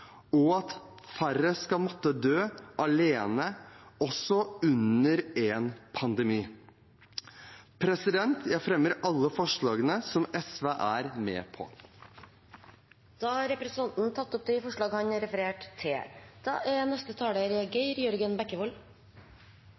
og at færre skal måtte dø alene, også under en pandemi. Jeg tar opp forslaget fra SV. Representanten Nicholas Wilkinson har tatt opp det forslaget han refererte til.